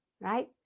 right